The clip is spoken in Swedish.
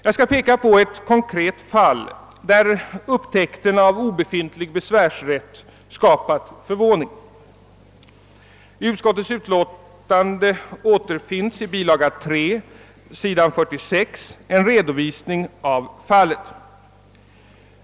Jag skall peka på ett konkret fall, där upptäckten av obefintlig besvärsrätt skapat förvåning. I utskottets memorial återfinns i bilaga 3, s. 46, en redovisning av fallet.